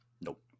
Nope